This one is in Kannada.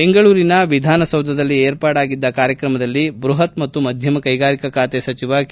ಬೆಂಗಳೂರಿನ ವಿಧಾನಸೌಧದಲ್ಲಿ ವಿರ್ಪಾಡಾಗಿದ್ದ ಕಾರ್ಯಕ್ರಮದಲ್ಲಿ ಬೃಹತ್ ಮತ್ತು ಮಧ್ಯಮ ಕೈಗಾರಿಕಾ ಖಾತೆ ಸಚಿವ ಕೆ